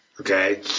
Okay